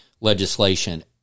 legislation